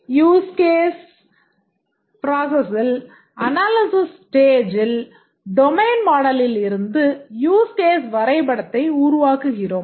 நமது டிசைன் ப்ராசசில்அனாலிசிஸ் ஸ்டேஜில் டொமைன் மாடலில் இருந்து யூஸ் கேஸ் வரைபடத்தை உருவாக்குகிறோம்